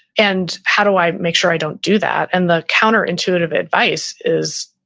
and how do i make sure i don't do that? and the counter intuitive advice is,